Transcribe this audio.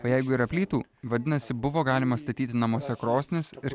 o jeigu yra plytų vadinasi buvo galima statyti namuose krosnis ir